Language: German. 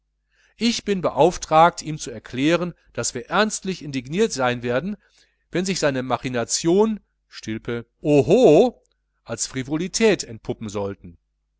ich bin beauftragt ihm zu erklären daß wir ernstlich indigniert sein werden wenn sich seine machination stilpe oho als frivolität entpuppen sollte